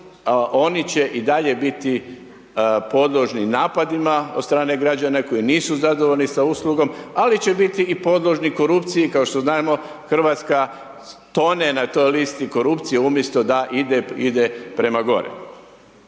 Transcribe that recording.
oni će i dalje biti podložni napadima od strane građana koji nisu zadovolji sa uslugom ali će biti i podložni korupciji i kao što znamo Hrvatska tone na toj listi korupcije umjesto da ide prema gore.